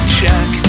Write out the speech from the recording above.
check